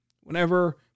Whenever